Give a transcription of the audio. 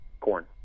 corn